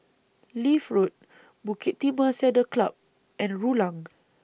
Leith Road Bukit Timah Saddle Club and Rulang